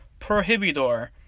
Prohibidor